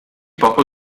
poco